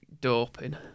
doping